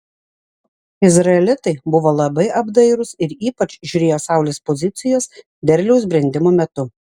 izraelitai buvo labai apdairūs ir ypač žiūrėjo saulės pozicijos derliaus brendimo metu